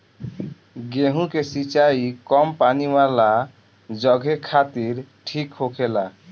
गेंहु के सिंचाई कम पानी वाला जघे खातिर ठीक होखेला